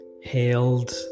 hailed